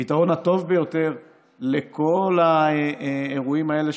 הפתרון הטוב ביותר לכל האירועים האלה,